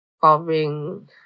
covering